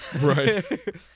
Right